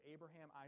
Abraham